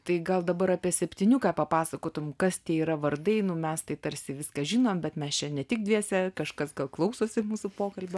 tai gal dabar apie septiniukę papasakotum kas tie yra vardai nu mes tai tarsi viską žinom bet mes čia ne tik dviese kažkas klausosi mūsų pokalbio